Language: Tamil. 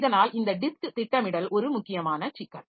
இதனால் இந்த டிஸ்க் திட்டமிடல் ஒரு முக்கியமான சிக்கல்